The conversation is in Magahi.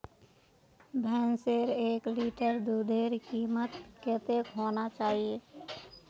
भैंसेर एक लीटर दूधेर कीमत कतेक होना चही?